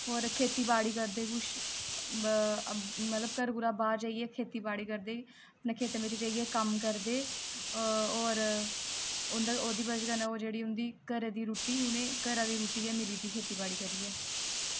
होर खेतीबाड़ी करदे कुछ मतलब घर कोलां बाह्र जाइयै खेतीबाड़ी करदे अपने खेतें बिच्च जाइयै कम्म करदे होर उं'दी ओह्दी बजह् कन्नै जेह्ड़ी घरै दी रुट्टी उ'नें घरै दी रुट्टी गै मिली जंदी खेतीबाड़ी करियै